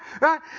right